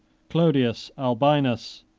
clodius albinus,